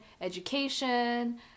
education